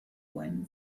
when